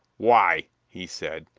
why, he said,